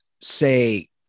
say